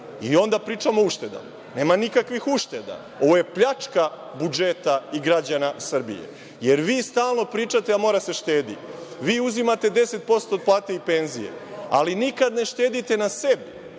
i onda pričamo o uštedama. Nema nikakvih ušteda. Ovo je pljačka budžeta i građana Srbije, jer vi stalno pričate da mora da se štedi. Vi uzimate 10% od plata i penzija, ali nikada ne štedite na sebi. Juče